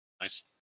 nice